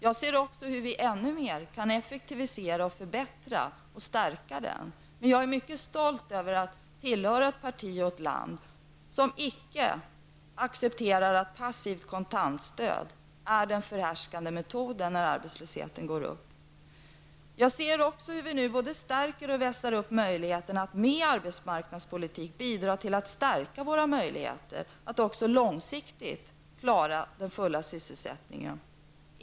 Jag ser också hur vi ännu mer kan effektivisera, förbättra och stärka den. Jag är mycket stolt över att tillhöra ett parti och ett land som icke accepterar att passivt kontantstöd är den förhärskande metoden när arbetslösheten ökar. Jag ser också hur vi nu stärker och ökar möjligheterna att med arbetsmarknadspolitik bidra till att stärka våra möjligheter att också långsiktigt klara den fulla sysselsättningen.